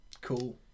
Cool